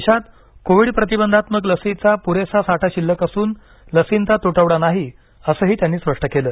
देशात कोविड प्रतिबंधक लसीचा पुरेसा साठा शिल्लक असून लसींचा तुटवडा नाही असं त्यांनी स्पष्ट केलं